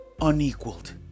unequaled